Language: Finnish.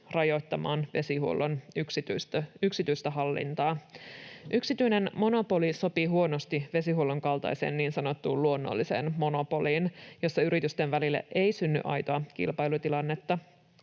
rajoittamaan vesihuollon yksityistä hallintaa. Yksityinen monopoli sopii huonosti vesihuollon kaltaiseen niin sanottuun luonnolliseen monopoliin, jossa yritysten välille ei synny aitoa kilpailutilannetta.